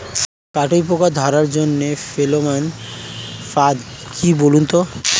কাটুই পোকা ধরার জন্য ফেরোমন ফাদ কি বলুন তো?